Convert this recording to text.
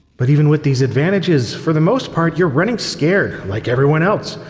but even with these advantages, for the most part you're running scared like everyone else,